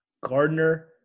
Gardner